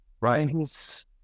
right